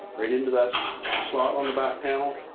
right into that slot on the back panel,